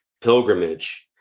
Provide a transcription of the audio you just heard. Pilgrimage